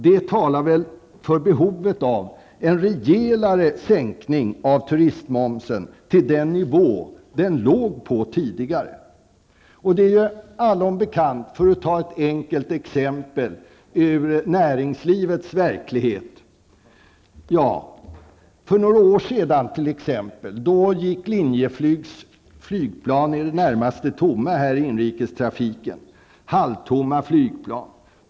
Detta talar för behovet av en rejäl sänkning av turistmomsen till den nivå den låg på tidigare. Ett enkelt exempel ur näringslivets verklighet visar -- och det är allom bekant -- att för några år sedan gick Linjeflygs flygplan i inrikestrafiken i det närmaste tomma.